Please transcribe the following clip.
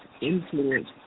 influence